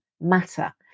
matter